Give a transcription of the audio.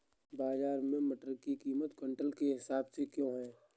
बाजार में मटर की कीमत क्विंटल के हिसाब से क्यो है?